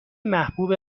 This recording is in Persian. محبوب